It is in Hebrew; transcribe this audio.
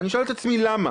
ואני שואל את עצמי למה,